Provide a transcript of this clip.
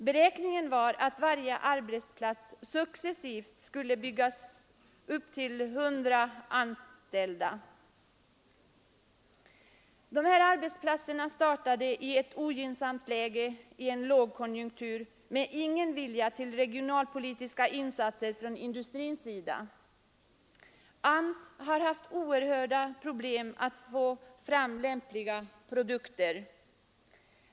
Avsikten var att varje arbetsplats successivt skulle byggas upp till 100 anställda. De här arbetsplatserna startade i ett ogynnsamt läge i en lågkonjunktur och utan någon vilja till regionalpolitiska insatser från industrins sida. AMS har haft oerhörda problem med att få fram lämpliga produkter.